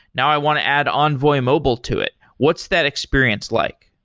now i want to add envoy mobile to it. what's that experience like?